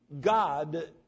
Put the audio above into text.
God